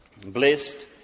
blessed